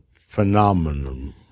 phenomenon